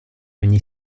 ogni